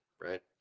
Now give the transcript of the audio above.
right